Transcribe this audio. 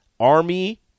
Army